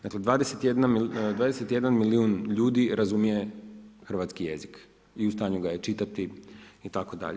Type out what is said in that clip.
Dakle, 21 milijun ljudi razumije hrvatski jezik i u stanju ga je čitati itd.